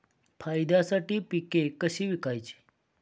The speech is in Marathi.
फायद्यासाठी पिके कशी विकायची?